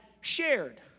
shared